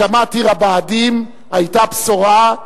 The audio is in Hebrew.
הקמת עיר הבה"דים היתה בשורה,